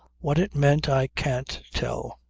what it meant i can't tell.